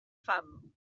fam